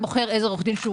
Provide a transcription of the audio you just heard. הדין?